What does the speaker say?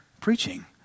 Preaching